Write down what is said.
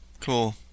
Cool